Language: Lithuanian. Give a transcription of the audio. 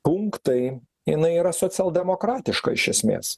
punktai jinai yra socialdemokratiška iš esmės